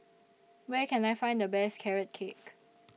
Where Can I Find The Best Carrot Cake